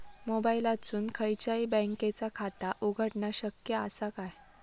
मोबाईलातसून खयच्याई बँकेचा खाता उघडणा शक्य असा काय?